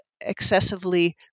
excessively